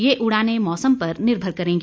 ये उड़ानें मौसम पर निर्भर करेंगी